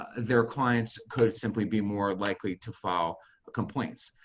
ah their clients could simply be more likely to file complaints.